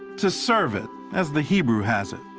to serve it, as the hebrew has it.